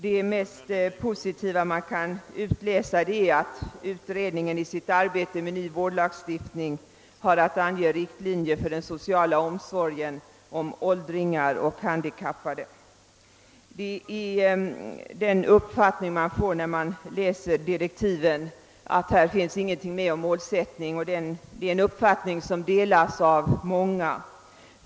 Det mest positiva ur målsättningssynpunkt man kan utläsa är att utredningen i sitt arbete med ny vårdlagstiftning har att ange riktlinjer för den sociala omsorgen om åldringar och handikappade. Det förhållandet att ingenting har sagts om målsättningen har uppmärksammats av många.